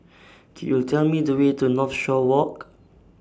Could YOU Tell Me The Way to Northshore Walk